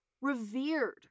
revered